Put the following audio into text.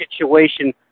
situation